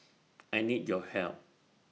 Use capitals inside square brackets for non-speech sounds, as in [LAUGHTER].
[NOISE] I need your help